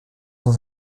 dans